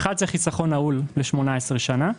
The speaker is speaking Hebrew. הראשונה היא חיסכון נעול ל-18 שנים,